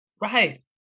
Right